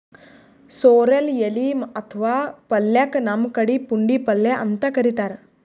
sorrel ಎಲಿ ಅಥವಾ ಪಲ್ಯಕ್ಕ್ ನಮ್ ಕಡಿ ಪುಂಡಿಪಲ್ಯ ಅಂತ್ ಕರಿತಾರ್